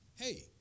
hey